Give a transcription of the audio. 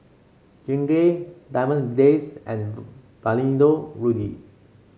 Bengay Diamond Days and Valentino Rudy